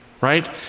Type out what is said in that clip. right